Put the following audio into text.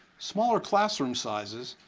smaller classroom sizes,